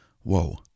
Whoa